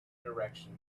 direction